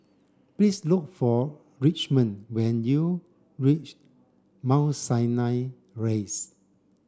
please look for Richmond when you reach Mount Sinai Rise